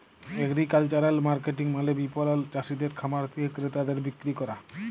agricultural marketing মালে বিপণল চাসিদের খামার থেক্যে ক্রেতাদের বিক্রি ক্যরা